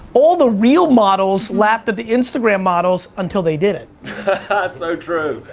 all the real models laughed at the instagram models until they didn't. so true.